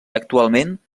actualment